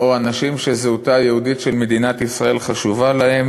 או אנשים שזהותה היהודית של מדינת ישראל חשובה להם,